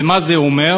ומה זה אומר?